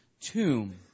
tomb